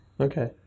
Okay